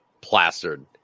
plastered